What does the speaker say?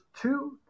two